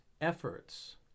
efforts